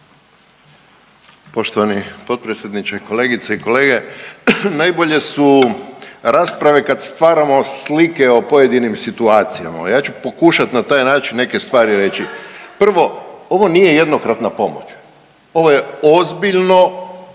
Poštovani potpredsjedniče, kolegice i kolege. Najbolje su rasprave kad stvaramo slike o pojedinim situacijama. Ja ću pokušat na taj način neke stvari reći. Prvo, ovo nije jednokratna pomoć, ovo je ozbiljno